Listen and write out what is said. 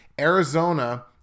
Arizona